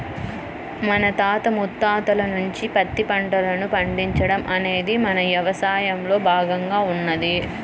మన తాత ముత్తాతల నుంచే పత్తి పంటను పండించడం అనేది మన యవసాయంలో భాగంగా ఉన్నది